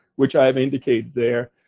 which i have indicated, there.